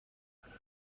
تونم